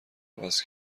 عوض